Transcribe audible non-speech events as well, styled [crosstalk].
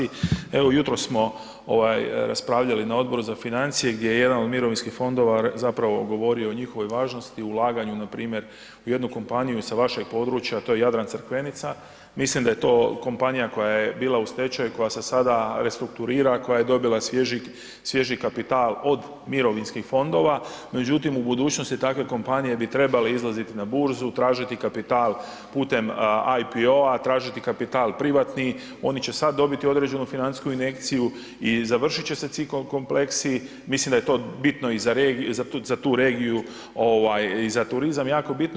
Evo jutros smo raspravljali na Odboru za financije gdje jedan od mirovinskih fondova zapravo govorio o njihovoj važnosti, ulaganju npr. u jednu kompaniju sa vašeg područja, to je Jadran Crikvenica, mislim da je to kompanija koja je bila u stečaju, koja se sada restrukturira, koja je dobila svježi kapital od mirovinskih fondova, međutim u budućnosti, takve kompanije bi trebale izlaziti na burzu, tražiti kapital putem IPO-a, tražiti kapital privatni, oni će sad dobiti određenu financijsku injekciju i završit će se ... [unintelligible] kompleksi, mislim da je to bitno i za tu regiju i za turizam jako bitno.